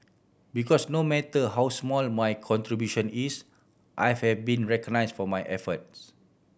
because no matter how small my contribution is I have been recognised for my efforts